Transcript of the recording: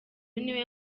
niwe